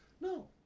No